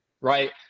right